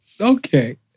Okay